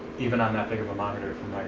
even on that big of a monitor.